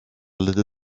lite